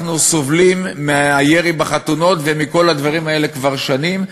אנחנו סובלים מהירי בחתונות ומכל הדברים האלה כבר שנים.